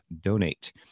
donate